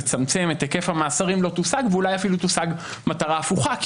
לצמצם את היקף המאסרים לא תושג ואולי אפילו תושג מטרה הפוכה כי